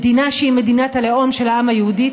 מדינה שהיא מדינת הלאום של העם היהודי,